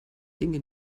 dinge